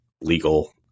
legal